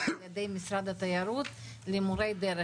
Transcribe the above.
על ידי משרד התיירות למורי הדרך.